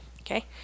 okay